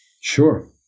Sure